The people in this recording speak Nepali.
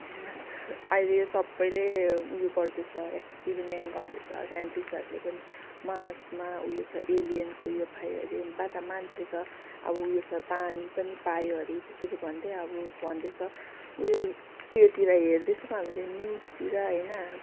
अहिले यो सबैले यो उयो गर्दैछ एक्सपिरिमेन्ट गर्दैछ साइन्टिसहरूले पनि मार्समा उयो छ एलियनको उयो पायो हरे बा त मान्छे छ अब उयो छ पानी पनि पायो अरे त्यसरी भन्दै अब भन्दैछ उयो उयोतिर हेर्दैछ हामीले न्युजतिर होइन